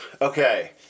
Okay